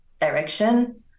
direction